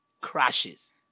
crashes